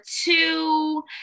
two